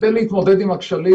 כדי להתמודד עם הכשלים,